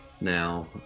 now